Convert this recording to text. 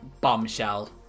bombshell